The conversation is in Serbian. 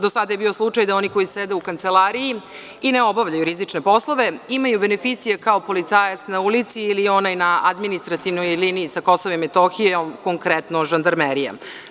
Do sada je bio slučaj da oni koji sede u kancelariji i ne obavljaju rizične poslove, imaju beneficije kao policajac na ulici ili onaj na administrativnoj liniji sa KiM, konkretno, žandarmerijom.